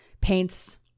paints